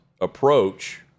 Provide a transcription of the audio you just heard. approach